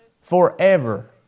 forever